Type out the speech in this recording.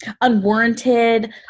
unwarranted